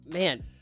Man